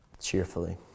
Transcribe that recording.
cheerfully